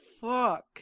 fuck